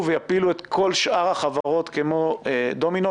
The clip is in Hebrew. ויפילו את כל שאר החברות כמו דומינו,